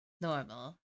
normal